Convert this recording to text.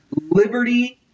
Liberty